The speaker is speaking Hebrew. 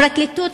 הפרקליטות,